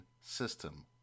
system